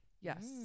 Yes